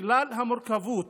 בגלל המורכבות